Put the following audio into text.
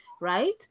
right